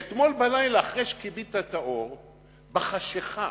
ואתמול בלילה, אחרי שכיבית את האור, בחשכה